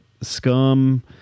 Scum